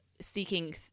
seeking